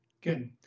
Good